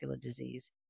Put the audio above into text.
disease